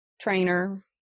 trainer